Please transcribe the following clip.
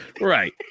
right